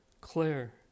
Claire